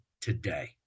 today